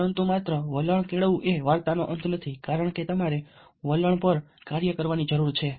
પરંતુ માત્ર વલણ કેળવવું એ વાર્તાનો અંત નથી કારણ કે તમારે વલણ પર કાર્ય કરવાની જરૂર છે